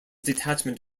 detachment